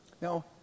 Now